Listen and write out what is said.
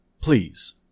Please